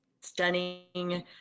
stunning